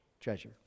treasure